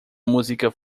música